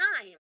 time